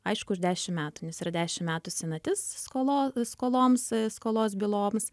aišku už dešim metų nes yra dešim metų senatis skolo skoloms skolos byloms